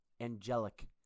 angelic